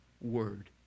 word